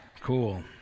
Cool